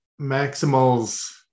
Maximals